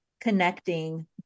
connecting